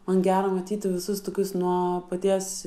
man gera matyti visus tokius nuo paties